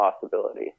possibility